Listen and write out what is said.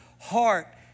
heart